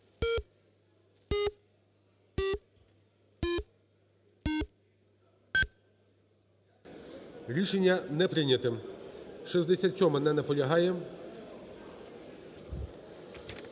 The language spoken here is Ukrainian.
Рішення не прийняте. 67-а. Не наполягає.